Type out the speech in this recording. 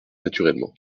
naturellement